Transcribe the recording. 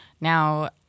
Now